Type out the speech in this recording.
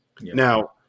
Now